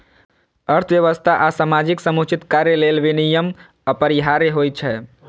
अर्थव्यवस्था आ समाजक समुचित कार्य लेल विनियम अपरिहार्य होइ छै